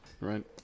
Right